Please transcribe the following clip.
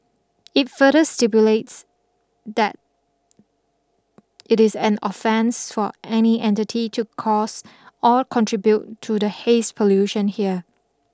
it further stipulates that it is an offence for any entity to cause or contribute to the haze pollution here